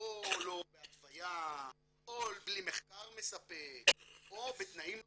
או לא בהתוויה או בלי מחקר מספק או בתנאים לייצור.